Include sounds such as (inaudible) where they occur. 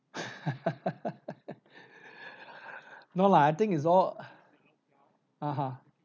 (laughs) no lah I think it's all uh (uh huh)